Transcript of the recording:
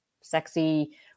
sexy